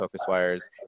Focuswire's